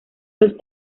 los